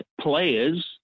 players